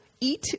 Eat